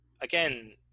again